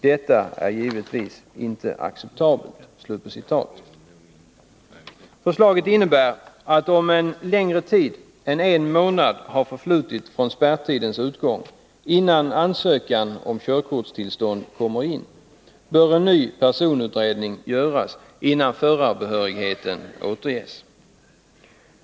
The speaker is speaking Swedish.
Detta är givetvis inte acceptabelt.” Förslaget innebär att om en längre tid än en månad har förflutit från spärrtidens utgång innan ansökan om körkortstillstånd kommer in, bör en ny personutredning göras innan förarbehörigheten återfås.